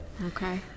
okay